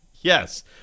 Yes